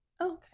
Okay